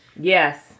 Yes